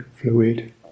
fluid